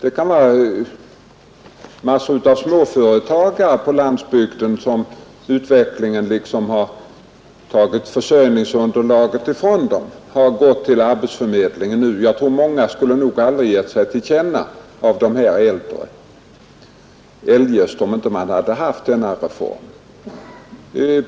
En del småföretagare på landsbygden som utvecklingen liksom har tagit försörjningsunderlaget ifrån har exempelvis nu gått till arbetsförmedlingen. Många av dem skulle säkert aldrig ha givit sig till känna, om inte denna reform hade genomförts.